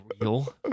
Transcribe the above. real